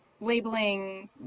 labeling